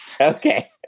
Okay